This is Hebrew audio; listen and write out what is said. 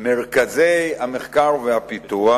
מרכזי מחקר ופיתוח,